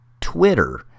Twitter